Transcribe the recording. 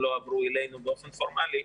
למרות שהם לא עברו אלינו באופן פורמלי.